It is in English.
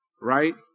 Right